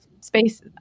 space